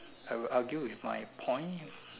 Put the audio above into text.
I will argue with my point